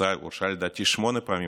שהורשע לדעתי שמונה פעמים,